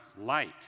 light